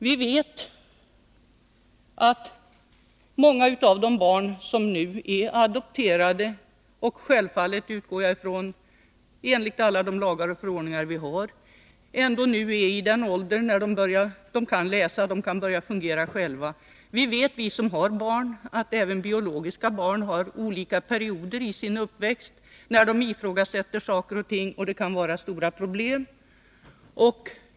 Vi vet att många av de barn som är adopterade — jag utgår från att det har skett enligt alla de lagar och förordningar som vi har — är i den åldern att de kan läsa och kan börja fungera själva. Vi som har barn vet att även barn som är hos sina biologiska föräldrar har olika perioder under sin uppväxt när de ifrågasätter saker och ting och att det kan finnas stora problem.